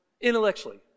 intellectually